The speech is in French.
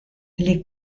les